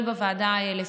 אני עושה הפרדה מוחלטת